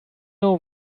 know